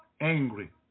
angry